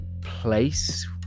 place